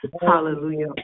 hallelujah